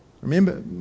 Remember